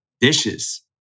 dishes